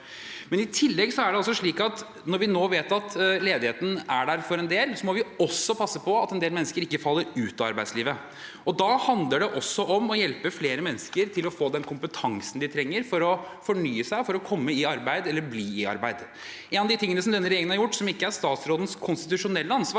I tillegg er det slik at når vi nå vet at ledigheten er der for en del, må vi passe på at en del mennesker ikke faller ut av arbeidslivet. Da handler det også om å hjelpe flere mennesker til å få den kompetansen de trenger for å fornye seg, for å komme i arbeid eller bli i arbeid. Én av de tingene som denne regjeringen har gjort, som ikke er statsrådens konstitusjonelle ansvar,